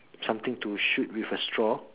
something to shoot with a straw